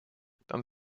dann